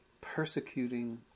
persecuting